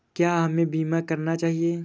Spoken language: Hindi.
क्या हमें बीमा करना चाहिए?